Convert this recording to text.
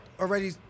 already